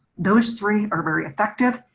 those three are very effective.